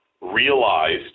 realized